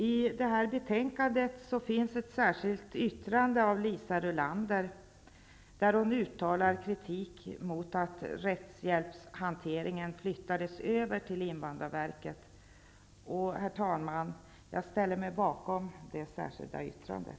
I betänkandet finns ett särskilt yttrande av Liisa Rulander, där hon uttalar kritik mot att rättshjälpshanteringen flyttades över till invandrarverket. Jag ställer mig, herr talman, bakom det särskilda yttrandet.